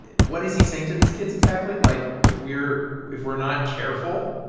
what is he saying to these kids exactly? like, we're if we're not careful.